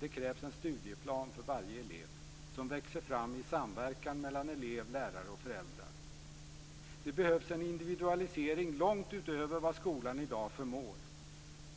Det krävs en studieplan för varje elev som växer fram i samverkan mellan elev, lärare och föräldrar. Det behövs en individualisering långt utöver vad skolan i dag förmår.